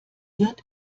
wird